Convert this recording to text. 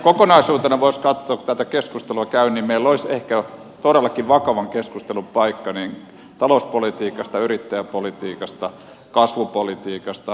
kokonaisuutena voisi katsoa kun tätä keskustelua käy että meillä olisi ehkä todellakin vakavan keskustelun paikka talouspolitiikasta yrittäjäpolitiikasta kasvupolitiikasta